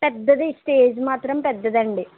పెద్దది స్టేజ్ మాత్రం పెద్దదండి